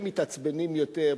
שמתעצבנים יותר,